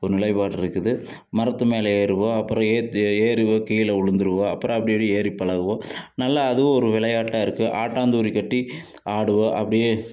ஒரு நிலைப்பாட்டுருக்குது மரத்து மேலே ஏறுவோம் அப்புறம் ஏத் ஏறுவோம் கீழவிழுந்துருவோம் அப்புறம் அப்படி அப்படி ஏறி பழகுவோம் நல்லா அதுவும் ஒரு விளையாட்டாக இருக்கு ஆட்டாந்தூரி கட்டி ஆடுவோம் அப்படியே